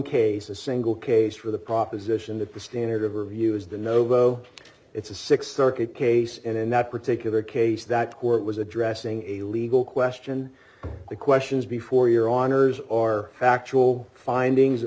case a single case d for the proposition that the standard of review is the novo it's a th circuit case and in that particular case that court was addressing a legal question the questions before your honor's are factual findings that